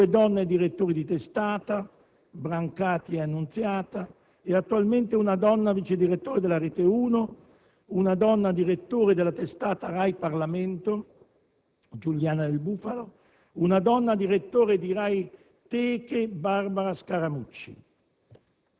due donne direttori di testata (Brancati e Annunziata) e attualmente una donna vicedirettore di RAI 1, una donna direttore della testata «RAI Parlamento» (Giuliana Del Bufalo), una donna direttore di «RAI Teche» (Barbara Scaramucci).